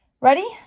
Ready